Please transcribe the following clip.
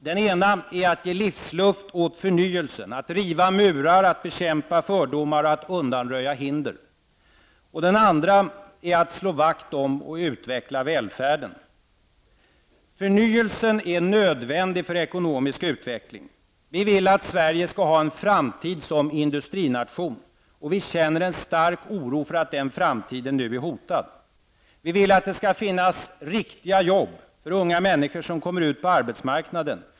Den ena är att ge livsluft åt förnyelsen, att riva murar, att bekämpa fördomar och att undanröja hinder. Den andra är att slå vakt om och utveckla välfärden. Förnyelsen är nödvändig för ekonomisk utveckling. Vi vill att Sverige skall ha en framtid som industrination, och vi känner en stark oro för att den framtiden nu är hotad. Vi vill att det skall finnas riktiga jobb för unga människor som kommer ut på arbetsmarknaden.